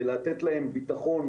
ולתת להם ביטחון,